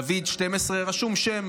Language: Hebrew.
דויד 12, רשום שם: